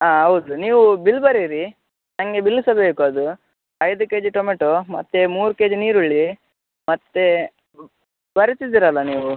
ಹಾಂ ಹೌದು ನೀವು ಬಿಲ್ ಬರೇರಿ ನನಗೆ ಬಿಲ್ ಸಹ ಬೇಕು ಅದು ಐದು ಕೆಜಿ ಟೊಮೆಟೊ ಮತ್ತು ಮೂರು ಕೆಜಿ ನೀರುಳ್ಳಿ ಮತ್ತು ಬರಿತ್ತಿದ್ದಿರಲ್ಲ ನೀವು